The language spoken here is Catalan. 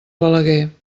balaguer